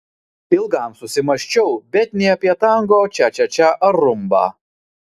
ilgam susimąsčiau bet ne apie tango čia čia čia ar rumbą